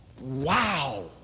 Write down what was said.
Wow